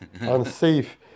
unsafe